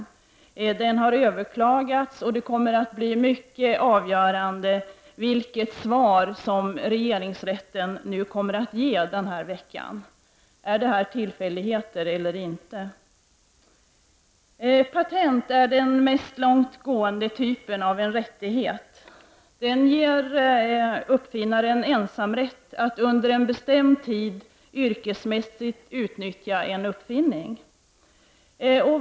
Ärendet har överklagats, och det kommer att bli mycket avgörande vilket svar som regeringsrätten kommer att ge denna vecka. Är det här tillfälligheter eller inte? Patent är den mest långtgående typen av rättighet. Det ger uppfinnaren ensamrätt att under en bestämd tid yrkesmässigt utnyttja en uppfinning.